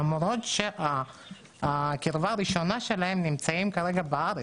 למרות שהקרבה הראשונה שלהם נמצאים בארץ.